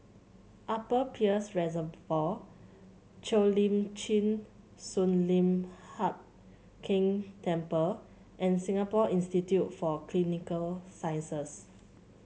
Upper Peirce Reservoir Cheo Lim Chin Sun Lian Hup Keng Temple and Singapore Institute for Clinical Sciences